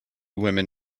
women